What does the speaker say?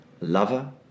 lover